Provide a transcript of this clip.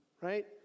right